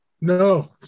No